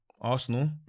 Arsenal